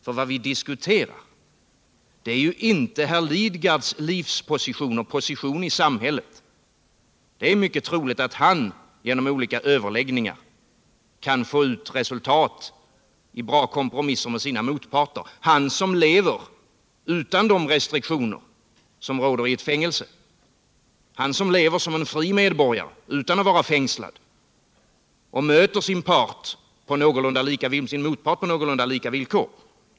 Vad vi diskuterar är ju inte herr Lidgards liv och position i samhället. Det är mycket troligt att han genom olika överläggningar kan nå resultat i bra kompromisser med sina motparter — han som lever utan de restriktioner som råder i ett fängelse, han som lever som en fri medborgare utan att vara fängslad och kan möta sin motpart på någorlunda lika villkor.